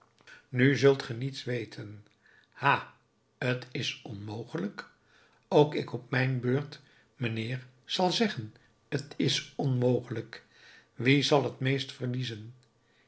nu zult ge niets weten ha t is onmogelijk ook ik op mijn beurt mijnheer zal zeggen t is onmogelijk wie zal t meest verliezen